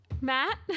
Matt